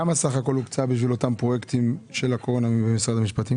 כמה סך הכול הוקצה בשביל אותם פרויקטים של הקורונה במשרד המשפטים?